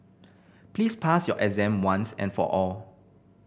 please pass your exam once and for all